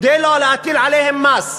כדי לא להטיל עליהם מס.